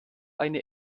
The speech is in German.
eine